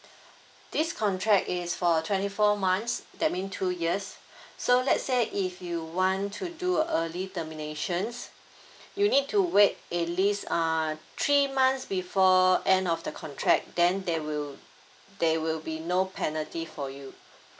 this contract is for twenty four months that mean two years so let's say if you want to do early termination you need to wait at least err three months before end of the contract then there will there will be no penalty for you